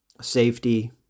Safety